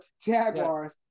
Jaguars